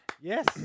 Yes